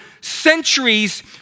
centuries